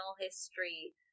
history